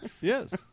Yes